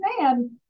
man